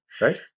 right